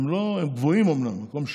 הם אומנם גבוהים, מקום שני,